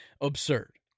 absurd